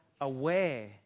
aware